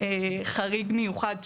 חריג מיוחד,